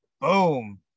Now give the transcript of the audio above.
Boom